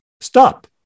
stop